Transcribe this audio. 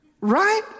Right